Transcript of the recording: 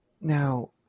now